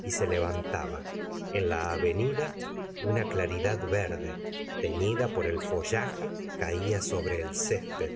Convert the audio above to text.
y se levantaba en la avenida una claridad verde teñida por el follaje caía sobre el césped